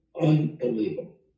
unbelievable